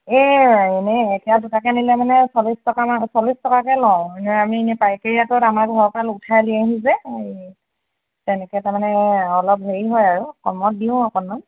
এই এনেই এটা দুটাকো নিলে মানে চল্লিছ টকামান চল্লিছ টকাকৈ লওঁ আমি এনেই পাইকাৰী ৰেটত আমাৰ ঘৰৰ পৰা উঠাই নিয়েহি যে আৰু তেনেকৈ তাৰমানে অলপ হেৰি হয় আৰু কমত দিওঁ অকণমান